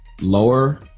lower